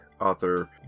author